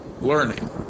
learning